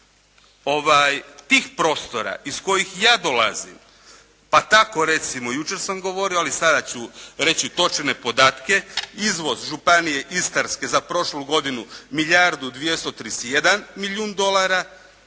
tih prostora iz kojih ja dolazim, pa tako recimo jučer sam govorio ali sada ću reći točne podatke. Izvoz Županije Istarske za prošlu godinu milijardu 231 milijun dolara,